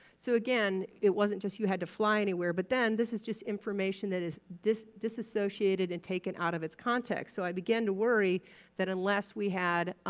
so again, it wasn't just you had to fly anywhere. but then, this is just information that is disassociated and taken out of its context. so i began to worry that unless we had